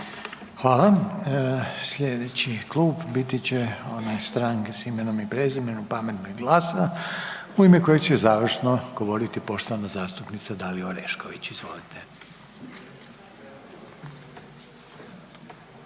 Hvala. Slijedeći klub biti će onaj Stranke s imenom i prezimenom, Pametno i GLAS-a u ime koje će završno govoriti poštovana zastupnica Dalija Orešković, izvolite.